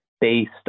based